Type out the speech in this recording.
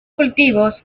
cultivos